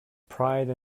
pride